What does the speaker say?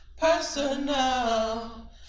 Personal